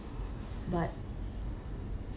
but